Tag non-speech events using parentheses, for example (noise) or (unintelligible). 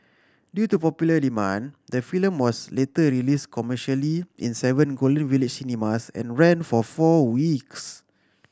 due to (unintelligible) popular demand the film was later released commercially in seven Golden Village cinemas and ran for four weeks